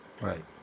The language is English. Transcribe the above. right